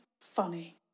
funny